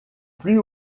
plus